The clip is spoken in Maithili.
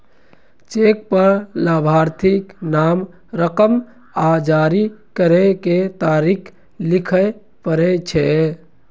चेक पर लाभार्थीक नाम, रकम आ जारी करै के तारीख लिखय पड़ै छै